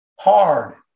hard